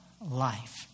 life